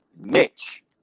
Mitch